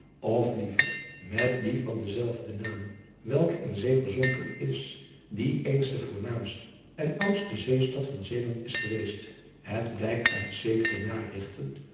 of liever met die van denzelfden naam welke in zee verzonken is die eens de voornaamste en oudste zeestad van eeland is geweest et blijkt uit zekere